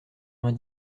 vingt